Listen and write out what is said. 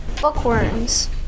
Bookworms